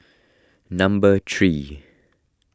number three